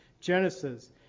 Genesis